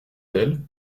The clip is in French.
elle